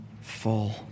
full